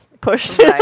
pushed